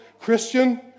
Christian